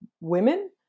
women